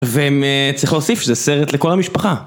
והם צריכים להוסיף שזה סרט לכל המשפחה